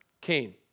Cain